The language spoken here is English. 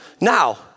Now